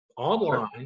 online